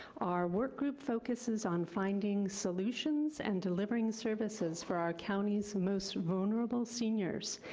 our work group focuses on finding solutions and delivering services for our county's most vulnerable seniors.